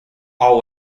all